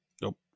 Nope